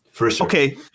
Okay